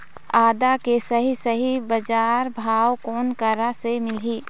आदा के सही सही बजार भाव कोन करा से मिलही?